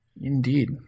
Indeed